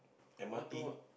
M_R_T